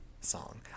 song